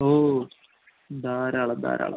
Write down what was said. ഓ ധാരാളം ധാരാളം